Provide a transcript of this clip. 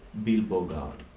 bill bogaard,